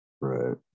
Right